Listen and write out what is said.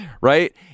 Right